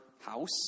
house